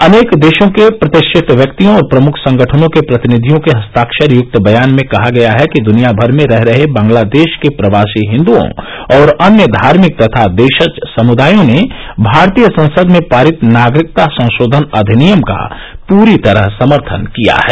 अनेक देशों के प्रतिष्ठित व्यक्तियों और प्रमुख संगठनों के प्रतिनिधियों के हस्ताक्षरयक्त बयान में कहा गया है कि दनियाभर में रह रहे बांग्लादेश के प्रवासी हिंदओं और अन्य धार्मिक तथा देशज समुदायों ने भारतीय संसद में पारित नागरिकता संशोधन अधिनियम का पूरी तरह समर्थन किया है